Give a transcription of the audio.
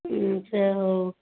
ଆଚ୍ଛା ହଉ